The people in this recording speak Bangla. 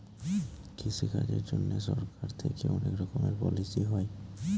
কৃষি কাজের জন্যে সরকার থেকে অনেক রকমের পলিসি হয়